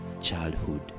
childhood